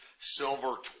Silver